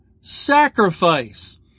sacrifice